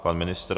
Pan ministr?